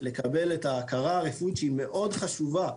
לקבל את ההכרה הרפואית שהיא מאוד חשובה.